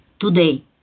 today